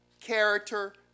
character